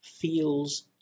feels